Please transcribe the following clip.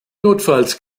notfalls